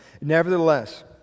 Nevertheless